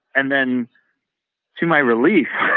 and then to my relief,